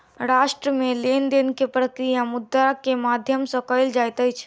राष्ट्र मे लेन देन के प्रक्रिया मुद्रा के माध्यम सॅ कयल जाइत अछि